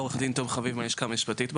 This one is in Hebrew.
עו"ד תום חביב מהלשכה המשפטית באוצר.